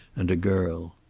and a girl.